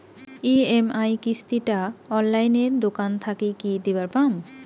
EMI কিস্তি টা অনলাইনে দোকান থাকি কি দিবার পাম?